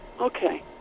okay